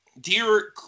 dear